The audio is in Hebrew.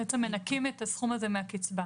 בעצם מנכים את הסכום הזה מן הקצבה.